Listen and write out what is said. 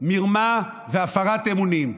מרמה והפרת אמונים.